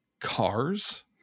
cars